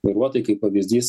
vairuotojai kaip pavyzdys